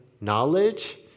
knowledge